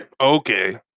Okay